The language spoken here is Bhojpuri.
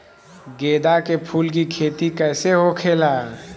गेंदा के फूल की खेती कैसे होखेला?